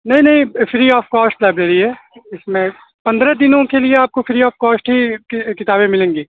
نہیں نہیں free of cost library ہے اس میں پندرہ دنو ں کے لیے آپ کو فری آف کاسٹ ہی کتابیں ملیں گی